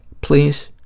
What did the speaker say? Please